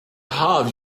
have